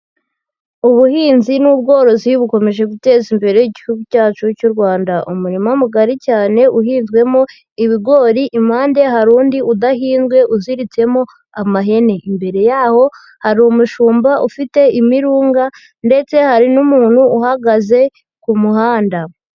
Ubuhinzi n'ubworozi bukomeje guteza imbere igihugu cyacu cy'u Rwanda. Umuma mugari cyane uhinzwemo ibigori, impande hari undi udahinze uziritsemo amahene, imbere yaho hari umushumba ufite imirunga, ndetse hari n'umuntu uhagaze ku muhanda.